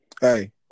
Hey